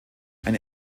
eine